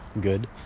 good